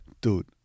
Dude